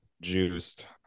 Juiced